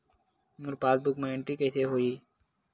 मोर passbook मा entry कइसे होही?